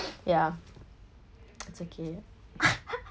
ya it's okay